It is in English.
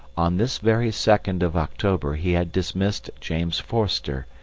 on this very second of october he had dismissed james forster,